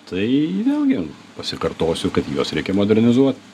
tai vėlgi pasikartosiu kad juos reikia modernizuot